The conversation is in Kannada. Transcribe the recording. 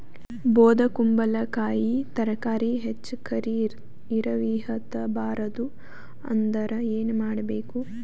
ಬೊದಕುಂಬಲಕಾಯಿ ತರಕಾರಿ ಹೆಚ್ಚ ಕರಿ ಇರವಿಹತ ಬಾರದು ಅಂದರ ಏನ ಮಾಡಬೇಕು?